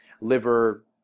liver